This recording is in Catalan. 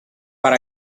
per